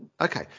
Okay